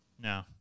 No